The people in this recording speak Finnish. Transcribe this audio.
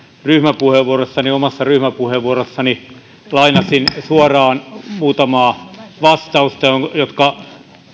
ryhmäpuheenvuoroissa omassa ryhmäpuheenvuorossani lainasin suoraan muutamaa vastausta jotka